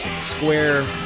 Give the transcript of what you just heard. square